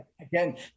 Again